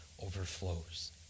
overflows